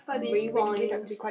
rewind